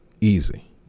easy